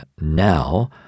Now